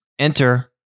Enter